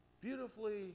Beautifully